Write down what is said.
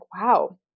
wow